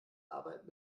arbeit